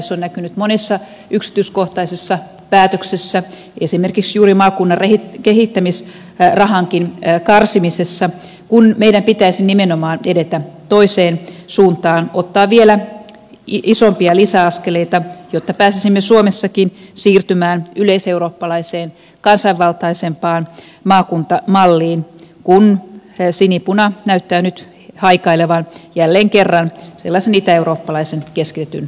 se on näkynyt monessa yksityiskohtaisessa päätöksessä esimerkiksi juuri maakunnan kehittämisrahankin karsimisessa kun meidän pitäisi nimenomaan edetä toiseen suuntaan ottaa vielä isompia lisäaskeleita jotta pääsisimme suomessakin siirtymään yleiseurooppalaiseen kansanvaltaisempaan maakuntamalliin kun sinipuna näyttää nyt haikailevan jälleen kerran sellaisen itäeurooppalaisen keskitetyn mallin perään